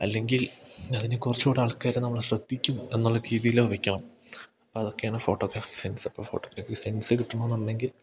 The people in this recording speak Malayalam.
അല്ലെങ്കിൽ അതിനെ കുറച്ചു കൂടി ആൾക്കാർ നമ്മളെ ശ്രദ്ധിക്കും എന്നുള്ള രീതിയിലോ വെയ്ക്കണം അപ്പം അതൊക്കെയാണ് ഫോട്ടോഗ്രാഫിക്ക് സെൻസിപ്പോൾ ഫോട്ടോഗ്രാഫി സെൻസ് കിട്ടണമെന്നുണ്ടെങ്കിൽ